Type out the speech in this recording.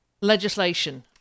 legislation